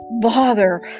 bother